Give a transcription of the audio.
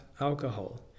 alcohol